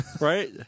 right